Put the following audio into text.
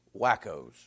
wackos